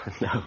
No